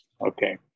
Okay